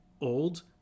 old